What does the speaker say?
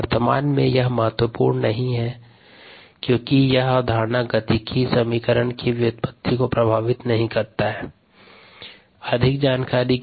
वर्तमान में यह महत्वपूर्ण नहीं है क्योंकि यह अवधारणा गतिकी समीकरण की व्युत्पत्ति को प्रभावित नहीं करता है